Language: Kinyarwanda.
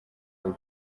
vuba